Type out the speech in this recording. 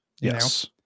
Yes